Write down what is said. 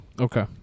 Okay